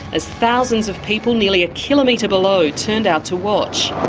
as thousands of people nearly a kilometre below turned out to watch. the